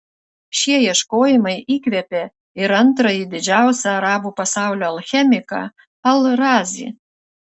šie ieškojimai įkvėpė ir antrąjį didžiausią arabų pasaulio alchemiką al razį